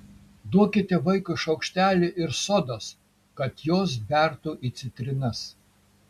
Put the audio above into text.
duokite vaikui šaukštelį ir sodos kad jos bertų į citrinas